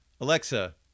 Alexa